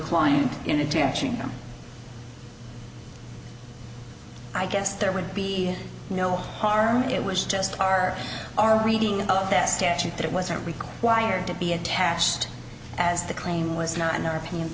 client interaction no i guess there would be no harm it was just our our reading of that statute that it wasn't required to be attached as the claim was not in our opinion